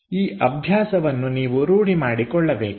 ಈ ಅಭ್ಯಾಸವನ್ನು ನೀವು ರೂಢಿ ಮಾಡಿಕೊಳ್ಳಬೇಕು